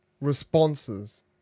responses